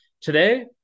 Today